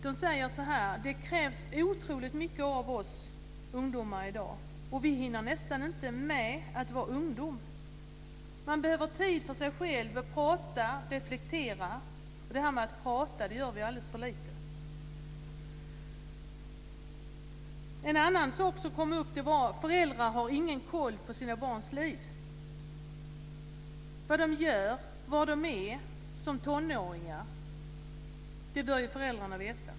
De säger: Det krävs i dag otroligt mycket av oss ungdomar. Vi hinner nästan inte med att vara ungdom. Man behöver tid för sig själv, för att prata och reflektera. Det här med att prata är något som vi gör alldeles för lite. En annan sak som kom upp är att föräldrar inte har någon koll på sina barns liv. Vad de gör och var de är som tonåringar bör ju föräldrarna veta.